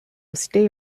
stay